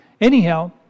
Anyhow